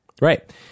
Right